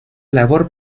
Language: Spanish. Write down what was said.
labor